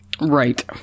Right